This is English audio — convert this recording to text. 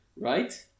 right